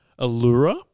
Allura